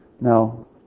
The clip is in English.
No